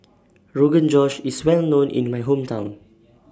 Rogan Josh IS Well known in My Hometown